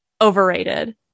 overrated